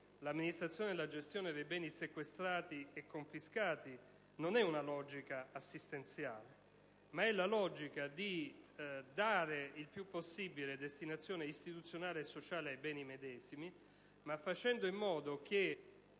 all'amministrazione e alla gestione dei beni sequestrati e confiscati non è una logica assistenziale, ma è una logica volta a dare il più possibile destinazione istituzionale e sociale ai beni medesimi, facendo però in modo che